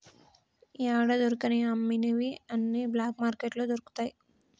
యాడా దొరకని అమ్మనివి అన్ని బ్లాక్ మార్కెట్లో దొరుకుతయి